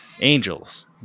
angels